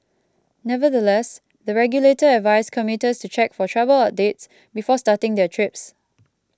nevertheless the regulator advised commuters to check for travel updates before starting their trips